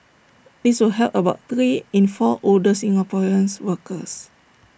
this will help about three in four older Singaporean workers